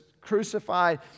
crucified